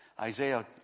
Isaiah